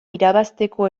irabazteko